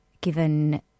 given